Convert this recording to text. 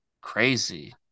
crazy